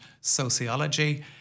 sociology